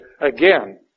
Again